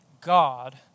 God